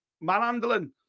manhandling